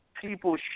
people